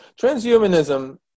Transhumanism